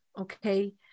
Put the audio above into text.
Okay